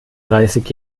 dreißig